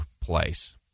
place